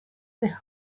the